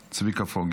צביקה פוגל,